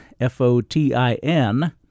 F-O-T-I-N